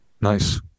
Nice